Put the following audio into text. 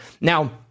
Now